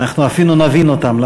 אנחנו אפילו נבין אותם,